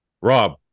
rob